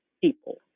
people